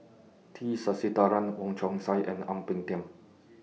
T Sasitharan Wong Chong Sai and Ang Peng Tiam